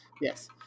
Yes